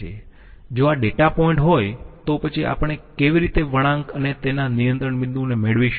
જો આ data point હોય તો પછી આપણે કેવી રીતે વળાંક અને તેના નિયંત્રણ બિંદુઓને મેળવીશું